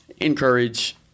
encourage